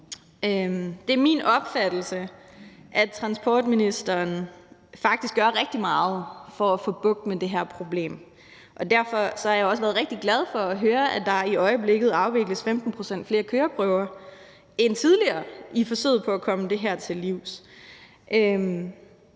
Det er min opfattelse, at transportministeren faktisk gør rigtig meget for at få bugt med det her problem. Derfor har jeg også været rigtig glad for at høre, at der i øjeblikket afvikles 15 pct. flere køreprøver end tidligere i forsøget på at komme det her til livs.